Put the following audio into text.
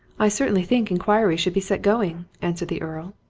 i certainly think inquiry should be set going, answered the earl.